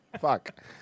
Fuck